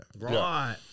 Right